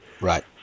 Right